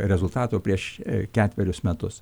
rezultato prieš ketverius metus